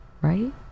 right